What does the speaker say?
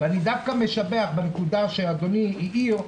אני דווקא משבח בנקודה שאדוני האיר,